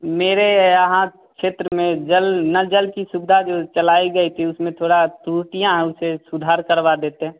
मेरे यहाँ क्षेत्र में जल न जल की सुविधा जो चलाई गई थी उसमें थोड़ा त्रुटियाँ हैं उसे थोड़ा सुधार करवा देतें